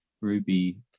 Ruby